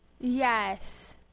Yes